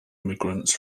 immigrants